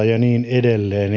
ja niin edelleen